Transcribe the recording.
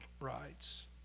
rights